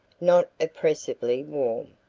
not oppressively warm.